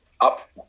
Up